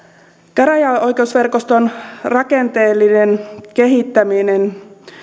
käräjäoikeusverkoston rakenteellisen kehittämisen